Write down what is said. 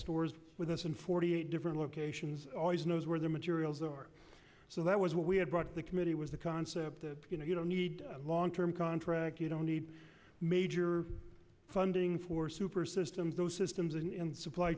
stores with us in forty eight different locations always knows where the materials are so that was what we had brought the committee was a concept you know you don't need long term contract you don't need major funding for super systems those systems and supply